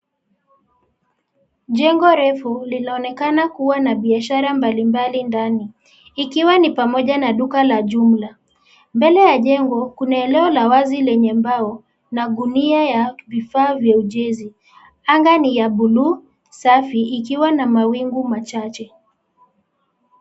Jengo refu linaonekana kuwa na biashara mbalimbali ndani ikiwa ni pamoja na duka la jumla . Mbele ya jengo kuna eneo la wazi lenye mbao na gunia ya vifaa vya ujenzi. Anga ni ya buluu safi ikiwa na mawingu machahe